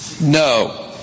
No